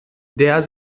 der